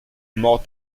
more